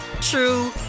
true